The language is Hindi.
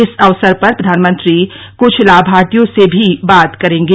इस अवसर पर प्रधानमंत्री कुछ लामार्थियों से भी बात करेंगे